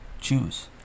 choose